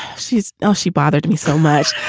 she's all she bothered me so much.